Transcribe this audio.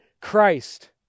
Christ